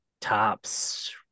tops